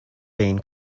been